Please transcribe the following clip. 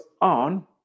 on